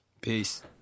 Peace